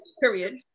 Period